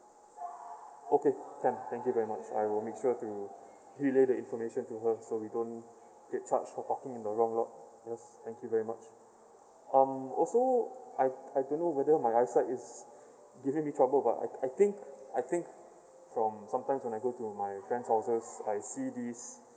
okay can thank you very much I will make sure to relay the information to her so we don't get charged for parking in the wrong lot just thank you very much um also I I don't know whether my eyesight is giving me problem but I I think from sometimes when I go to my grand houses I see these